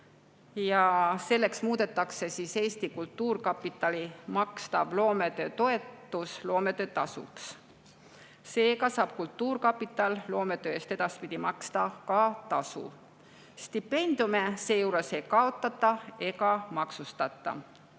Selleks muudetakse Eesti Kultuurkapitali makstav loometöötoetus loometöötasuks. Seega saab kultuurkapital edaspidi loometöö eest maksta ka tasu. Stipendiume seejuures ei kaotata ega maksustata.